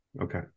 Okay